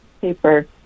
paper